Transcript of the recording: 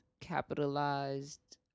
capitalized